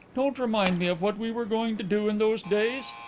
don't remind me of what we were going to do in those days.